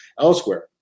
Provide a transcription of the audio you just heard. elsewhere